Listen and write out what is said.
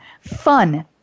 fun